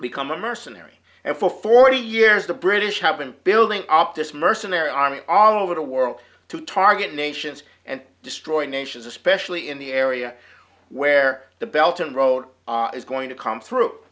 become a mercenary and for forty years the british have been building up this mercenary army all over the world to target nations and destroy nations especially in the area where the belton road is going to come through